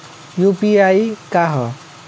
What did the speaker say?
UPI का ह?